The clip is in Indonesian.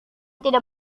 tidak